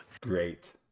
Great